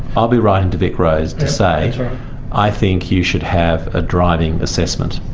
i'll be writing to vicroads to say i think you should have a driving assessment.